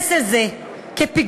להתייחס לזה כלפיגוע.